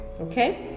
okay